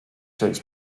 sex